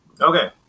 Okay